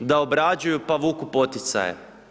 da obrađuju pa vuku poticaje.